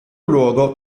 luogo